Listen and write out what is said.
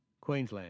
Queensland